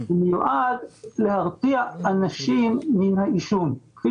הוא מיועד להרתיע אנשים מן העישון כפי